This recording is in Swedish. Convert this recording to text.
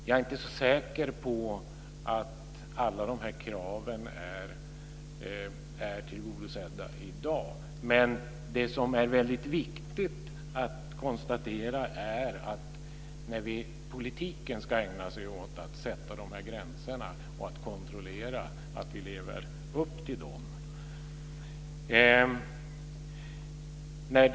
Jag är inte så säker på att alla de här kraven i dag är tillgodosedda men väldigt viktigt att konstatera är att politiken ska ägna sig åt att sätta dessa gränser och att kontrollera att vi lever upp till detta.